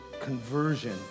conversion